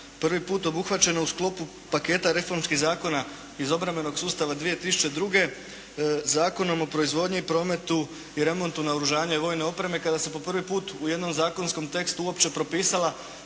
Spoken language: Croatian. prvi put obuhvaćena u sklopu paketa reformskih zakona iz obrambenog sustava 2002. Zakonom o proizvodnji i prometu i remontu naoružanja i vojne opreme kada se po prvi put u jednom zakonskom tekstu uopće propisala